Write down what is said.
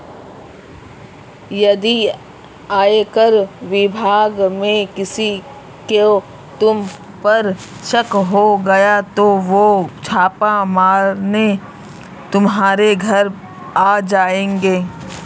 यदि आयकर विभाग में किसी को तुम पर शक हो गया तो वो छापा मारने तुम्हारे घर आ जाएंगे